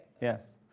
Yes